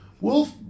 Wolf